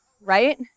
right